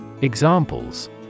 Examples